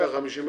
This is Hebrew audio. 150 מטר.